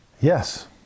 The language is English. Yes